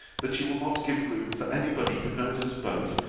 that you will not give room for any body who knows us both,